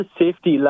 safety